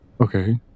Okay